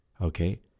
Okay